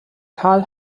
karl